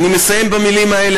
אני מסיים במילים האלה.